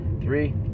Three